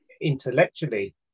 intellectually